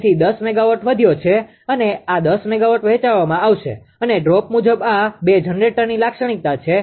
તેથી 10 મેગાવોટ વધ્યો છે અને આ 10 મેગાવોટ વહેંચવામાં આવશે અને ડ્રોપ મુજબ આ બે જનરેટરની લાક્ષણિકતા છે